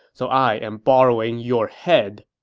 so i am borrowing your head.